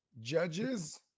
Judges